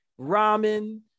ramen